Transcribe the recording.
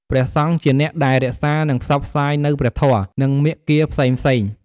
វត្តមានរបស់ព្រះអង្គផ្ដល់នូវ ភាពកក់ក្ដៅខាងផ្លូវចិត្ត ដល់ភ្ញៀវ ជាពិសេសអ្នកដែលមកពីចម្ងាយ ឬមានទុក្ខកង្វល់។